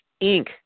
Inc